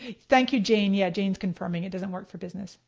thank you jane, yeah, jane's confirming it doesn't work for business.